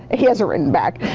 he hasn't written back.